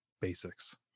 basics